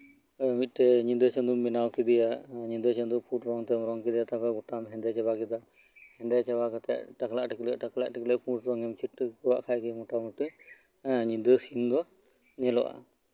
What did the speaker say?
ᱢᱤᱫᱴᱮᱱ ᱧᱤᱫᱟᱹ ᱪᱟᱸᱫᱳᱢ ᱵᱮᱱᱟᱣ ᱠᱮᱫᱮᱭᱟ ᱧᱤᱫᱟᱹ ᱪᱟᱸᱫᱳ ᱯᱳᱰ ᱨᱚᱝ ᱛᱮᱢ ᱨᱚᱝ ᱠᱮᱫᱮᱭᱟ ᱛᱟᱨᱯᱚᱨ ᱜᱚᱴᱟᱢ ᱦᱮᱸᱫᱮ ᱪᱟᱵᱟ ᱠᱮᱫᱟ ᱦᱮᱸᱫᱮ ᱪᱟᱵᱟ ᱠᱟᱛᱮᱫ ᱴᱟᱠᱞᱟᱜ ᱴᱤᱠᱞᱟᱹᱜ ᱴᱟᱠᱞᱟᱜ ᱴᱤᱠᱞᱟᱹᱜ ᱯᱳᱰ ᱨᱚᱝ ᱮᱢ ᱪᱷᱤᱴᱠᱟᱹᱣ ᱟᱫ ᱠᱷᱟᱱ ᱜᱮ ᱢᱳᱴᱟ ᱢᱳᱴᱤ ᱮᱫ ᱧᱤᱫᱟᱹ ᱥᱤᱱ ᱫᱚ ᱧᱮᱞᱚᱜᱼᱟ